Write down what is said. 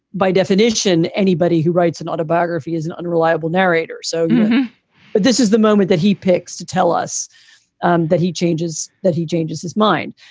by definition, anybody who writes an autobiography is an unreliable narrator. so but this is the moment that he picks to tell us um that he changes, that he changes his mind.